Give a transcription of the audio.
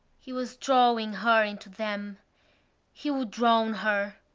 he was drawing her into them he would drown her.